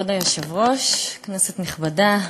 כבוד היושב-ראש, כנסת נכבדה,